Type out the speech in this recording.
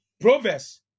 Proverbs